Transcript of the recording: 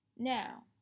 Now